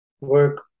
work